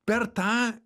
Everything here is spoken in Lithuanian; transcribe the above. per tą